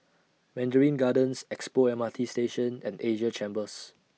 Mandarin Gardens Expo M R T Station and Asia Chambers